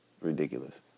ridiculous